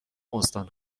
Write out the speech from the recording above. استان